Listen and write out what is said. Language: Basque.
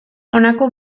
honako